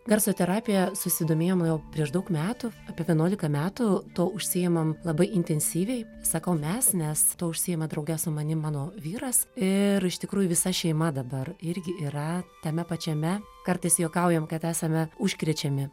garso terapija susidomėjom jau prieš daug metų apie vienuolika metų tuo užsiimam labai intensyviai sakau mes nes tuo užsiima drauge su manim mano vyras ir iš tikrųjų visa šeima dabar irgi yra tame pačiame kartais juokaujam kad esame užkrečiami